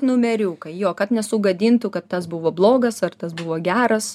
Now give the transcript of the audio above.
numeriuką jo kad nesugadintų kad tas buvo blogas ar tas buvo geras